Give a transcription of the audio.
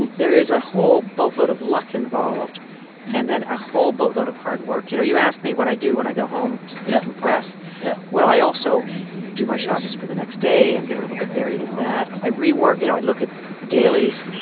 and there is a whole boatload of luck involved and then a whole boatload of hard work. you know, you asked me what i do when i go home to decompress yeah. yeah well, i also do my shot list for the next day and get a little bit buried in that. i rework you know, i look at dailies.